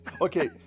Okay